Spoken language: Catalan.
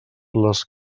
les